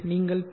நீங்கள் பி